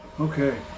Okay